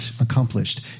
accomplished